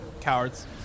Cowards